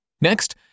Next